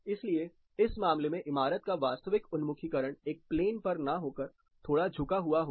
इसलिए इस मामले में इमारत का वास्तविक उन्मुखीकरण एक प्लेन पर ना होकरथोड़ा झुका हुआ होगा